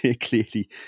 clearly